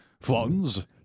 funds